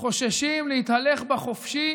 חוששים להתהלך בה חופשי